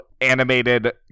animated